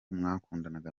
mwakundanaga